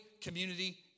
community